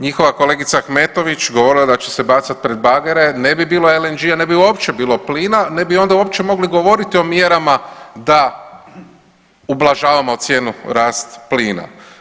Njihova kolegica Ahmetović govorila je da će se bacati pred bagere, ne bi bilo LNG-a, ne bi uopće bilo plina, ne bi onda uopće mogli govoriti o mjerama da ublažavamo cijenu, rast plina.